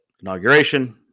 inauguration